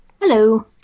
Hello